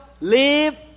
live